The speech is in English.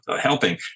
helping